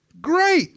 great